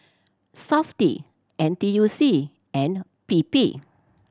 Safti N T U C and P P